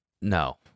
No